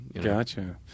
gotcha